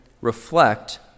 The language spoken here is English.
reflect